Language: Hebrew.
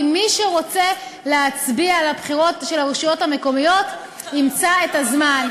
כי מי שרוצה להצביע בבחירות של הרשויות המקומיות ימצא את הזמן.